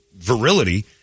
virility